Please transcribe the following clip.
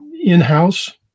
in-house